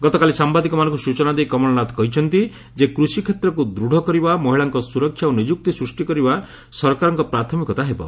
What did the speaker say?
ଗତକାଲି ସାମ୍ଭାଦିକମାନଙ୍କୁ ସୂଚନା ଦେଇ କମଳନାଥ କହିଛନ୍ତି ଯେ କୃଷିକ୍ଷେତ୍ରକୁ ଦୃଢ଼ କରିବା ମହିଳାଙ୍କ ସୁରକ୍ଷା ଓ ନିଯୁକ୍ତି ସୃଷ୍ଟି ସରକାରଙ୍କ ପ୍ରାଥମିକତା ରହିବ